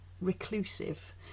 reclusive